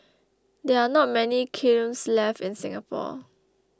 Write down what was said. there are not many kilns left in Singapore